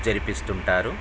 జరిపిస్తు ఉంటారు